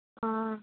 ಹಾಂ